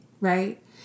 right